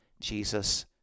Jesus